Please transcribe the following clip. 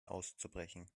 auszubrechen